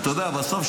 בסוף,